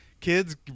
kids